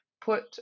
put